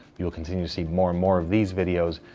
you will continue to see more and more of these videos,